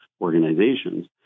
organizations